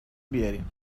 بیارین